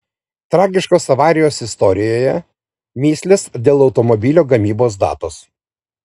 tragiškos avarijos istorijoje mįslės dėl automobilio gamybos datos